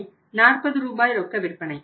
40 ரூபாய் ரொக்க விற்பனை